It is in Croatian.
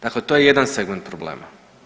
Dakle to je jedan segment problema.